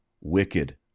wicked